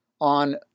on